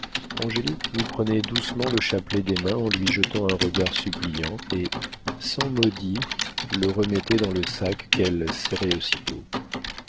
angélique lui prenait doucement le chapelet des mains en lui jetant un regard suppliant et sans mot dire le remettait dans le sac qu'elle serrait aussitôt